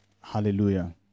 hallelujah